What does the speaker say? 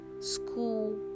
school